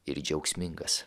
ir džiaugsmingas